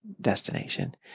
destination